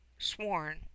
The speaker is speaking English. sworn